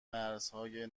مرزهای